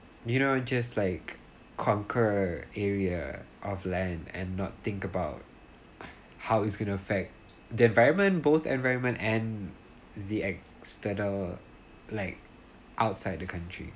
you know just like concurred area of land and not think about how it's gonna affect the environment both environment and the external like outside the country